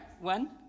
One